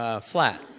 flat